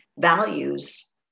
values